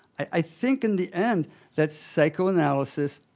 i think in the end that psychoanalysis